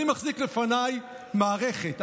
אני מחזיק לפניי מערכת,